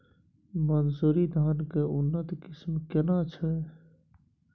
मानसुरी धान के उन्नत किस्म केना छै?